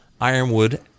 Ironwood